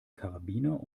karabiner